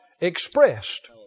expressed